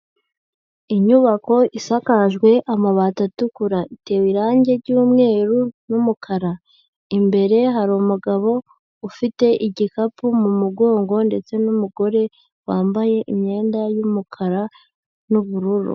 Inyubako isakajwe amabati atukura. Itewe irange ry'umweru n'umukara. Imbere hari umugabo ufite igikapu mu mugongo ndetse n'umugore wambaye imyenda y'umukara n'ubururu.